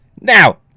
Now